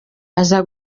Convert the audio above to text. aza